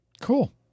Cool